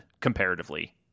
comparatively